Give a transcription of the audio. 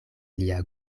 lia